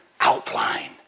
outline